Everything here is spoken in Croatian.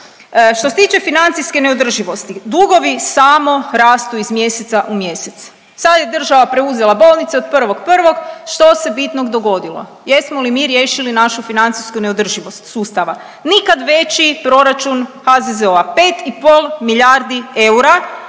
Što se tiče financijske neodrživosti, dugovi samo rastu iz mjeseca u mjesec. Sad je država preuzela bolnice od 1.1. što se bitnog dogodilo, jesmo li mi riješili našu financijsku neodrživost sustava? Nikad veći proračun HZZO-a, 5 i pol milijardi eura,